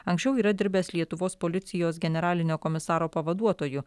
anksčiau yra dirbęs lietuvos policijos generalinio komisaro pavaduotoju